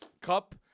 Cup